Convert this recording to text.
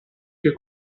che